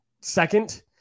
second-